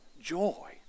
joy